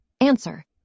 Answer